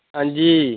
हांजी